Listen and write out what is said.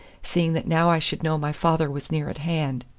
seeing that now i should know my father was near at hand.